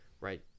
right